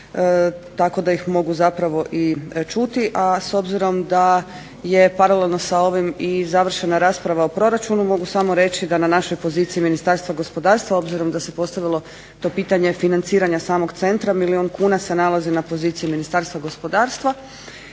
tako da ih mogu zapravo i čuti. A s obzirom da je i paralelno s ovim završena rasprava o proračunu mogu samo reći da na našoj poziciji Ministarstva gospodarstva obzirom da se postavilo to pitanje financiranja samog centra. Milijun kuna se nalazi na poziciji Ministarstva gospodarstva,